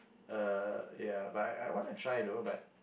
uh ya but I I wanna try though but